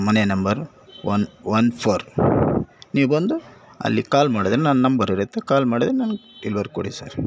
ಮನೆ number one one four ನೀವು ಬಂದು ಅಲ್ಲಿ ಕಾಲ್ ಮಾಡಿದರೆ ನನ್ನ ನಂಬರಿರುತ್ತೆ ಕಾಲ್ ಮಾಡಿದರೆ ನನ್ಗೆ ಡಿಲ್ವರ್ ಕೊಡಿ ಸರ್